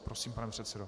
Prosím, pane předsedo.